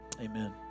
Amen